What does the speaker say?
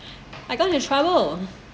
I got into trouble